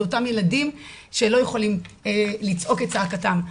הם אותם ילדים שלא יכולים לצעוק את צעקתם.